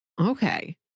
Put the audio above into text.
Okay